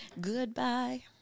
Goodbye